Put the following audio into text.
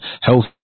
health